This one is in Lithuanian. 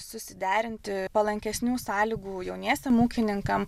susiderinti palankesnių sąlygų jauniesiem ūkininkam